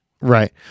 Right